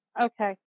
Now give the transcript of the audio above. Okay